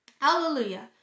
Hallelujah